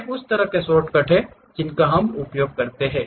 ये उस तरह के शॉर्टकट हैं जिनका हम उपयोग करते हैं